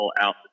out